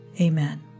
Amen